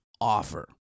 offer